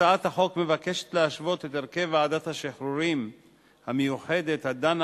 הצעת החוק מבקשת להשוות את הרכב ועדת השחרורים המיוחדת הדנה